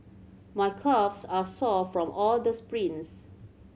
my calves are sore from all the sprints